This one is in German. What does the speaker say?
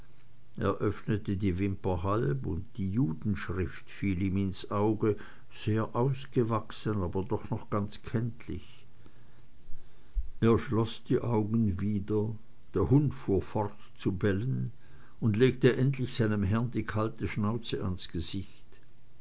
öffnete die wimper halb und die judenschrift fiel ihm ins auge sehr ausgewachsen aber doch noch ganz kenntlich er schloß die augen wieder der hund fuhr fort zu bellen und legte endlich seinem herrn die kalte schnauze ans gesicht